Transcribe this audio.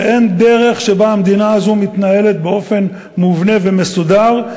שאין דרך שבה המדינה הזאת מתנהלת באופן מובנה ומסודר,